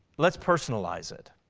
let's personalize it.